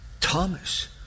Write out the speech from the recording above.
Thomas